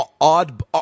odd